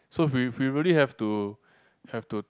so we we really have to have to